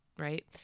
right